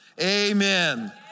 amen